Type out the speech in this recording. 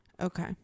Okay